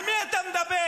על מי אתה מדבר?